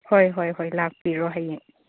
ꯍꯣꯏ ꯍꯣꯏ ꯍꯣꯏ ꯂꯥꯛꯄꯤꯔꯣ ꯍꯌꯦꯡ